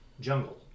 jungle